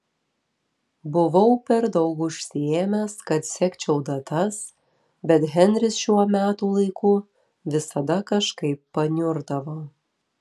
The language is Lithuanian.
buvau per daug užsiėmęs kad sekčiau datas bet henris šiuo metų laiku visada kažkaip paniurdavo